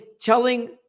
telling